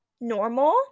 normal